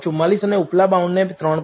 44 અને ઉપલા બાઉન્ડને 3